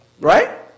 Right